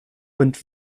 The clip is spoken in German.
und